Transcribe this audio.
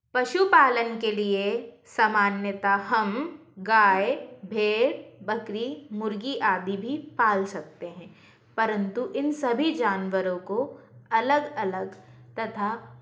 पशुपालन के लिए सामान्यतः हम गाय भेड़ बकरी मुर्गी आदि भी पाल सकते हैं परन्तु इन सभी जानवरों को अलग अलग तथा